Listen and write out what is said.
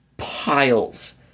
piles